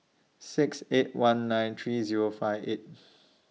six eight one nine three Zero five eight